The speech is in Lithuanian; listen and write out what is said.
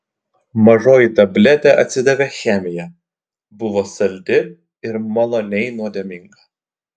mažoji tabletė atsidavė chemija buvo saldi ir maloniai nuodėminga